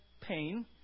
pain